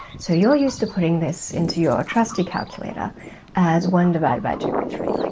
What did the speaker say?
so you're used to putting this into your trusty calculator as one divided by two root three, like